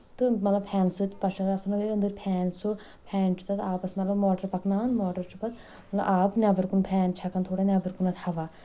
تہٕ مطلب ہیل سۭتۍ پتہٕ چھُ تَتھ آسان أندٕرۍ فین سہُ فین چھُ تَتھ آبَس مطلب موٹر پَکناوان موٹر چھُ پَتہٕ آب نیبر کُن فین چھکان تھوڑا نیٚبر کُنَتھ ہوا